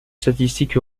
statistique